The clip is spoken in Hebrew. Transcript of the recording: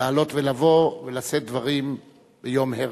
לעלות ולבוא ולשאת דברים ביום הרצל.